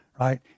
right